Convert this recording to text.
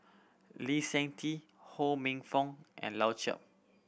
Lee Seng Tee Ho Minfong and Lau Chiap